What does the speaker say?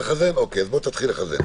אוקיי, אז בוא תתחיל לחזן.